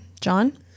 John